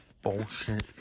Bullshit